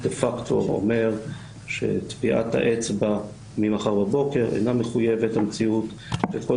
דה פקטו זה אומר שטביעת האצבע ממחר בבוקר אינה מחויבת המציאות וכל